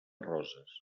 roses